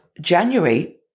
January